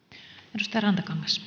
arvoisa